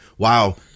wow